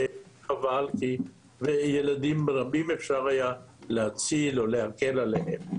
חבל, כי אפשר היה להציל ילדים רבים או להקל עליהם.